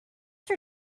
for